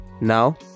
now